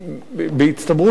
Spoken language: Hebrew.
בהצטברות שלהם.